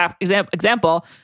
example